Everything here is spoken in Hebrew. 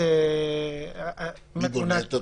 זה אפוסטיל